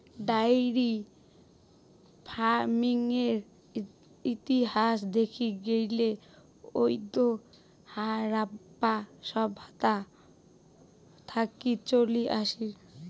diary ফার্মিংয়ের ইতিহাস দেখির গেইলে ওইতো হারাপ্পা সভ্যতা থাকি চলি আসির